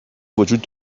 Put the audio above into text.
وجود